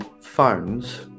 phones